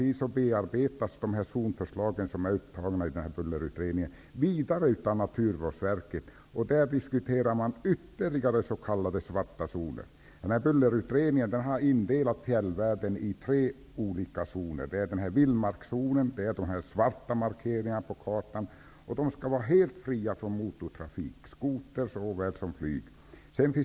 De zonförslag som är upptagna i bullerutredningen bearbetas vidare av Naturvårdsverket. Där diskuterar man ytterligare s.k. svarta zoner. Bullerutredningen har delat in fjällvärlden i tre olika zoner. Den första zonen -- vildmarkszonen -- är markerad med svart på kartan. Den zonen skall vara helt fri från motortrafik. Det gäller såväl skoter som flygtrafik.